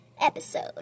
episode